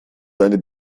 seine